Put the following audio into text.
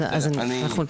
אני רוצה להסביר: זה לא בכדי